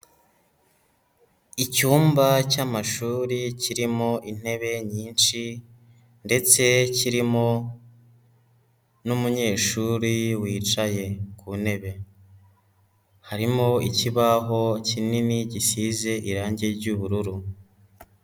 Icyumba cy'amashuri kirimo intebe nyinshi ndetse kirimo n'umunyeshuri wicaye ku ntebe, harimo ikibaho kinini gisize irangi ry'ubururu.